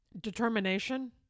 determination